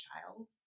child